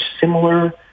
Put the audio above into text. similar